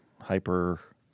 hyper